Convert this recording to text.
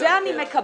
את זה אני מקבלת,